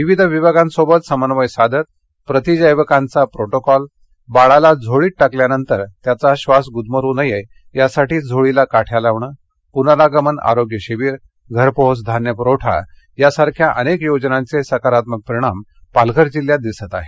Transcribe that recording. विविध विभागांसोबत समन्वय साधत प्रतिजैवकांचा प्रोटोकॉल बाळाला झोळीत टाकल्यानंतर त्याचा श्वास गुदमरू नये यासाठी झोळीला काठ्या लावणे पुनरागमन आरोग्य शिबीर घरपोहोच धान्य पुरवठा यासारख्या अनेक योजनांचे सकारात्मक परिणाम पालघर जिल्ह्यात दिसत आहेत